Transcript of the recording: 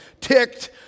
ticked